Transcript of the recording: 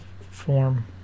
form